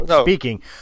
speaking